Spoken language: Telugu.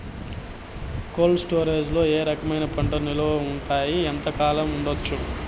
కోల్డ్ స్టోరేజ్ లో ఏ రకమైన పంటలు నిలువ ఉంటాయి, ఎంతకాలం పెట్టొచ్చు?